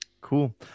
Cool